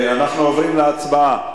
אנחנו עוברים להצבעה.